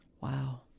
Wow